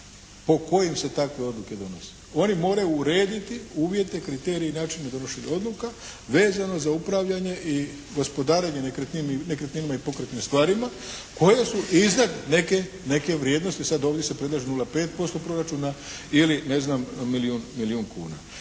po kojem se takve odluke donose. Oni moraju urediti uvjete, kriterije i načine donošenja odluka vezano za upravljanje i gospodarenje nekretninama i pokretnim stvarima koje su iznad neke vrijednosti, sad ovdje se predlaže 0,5% proračuna ili ne znam milijun kuna